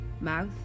mouth